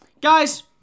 guys